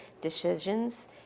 decisions